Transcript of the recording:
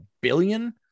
billion